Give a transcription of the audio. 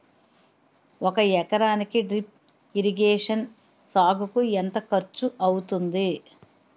ఒక ఎకరానికి drip irrigation సాగుకు ఎంత ఖర్చు అవుతుంది?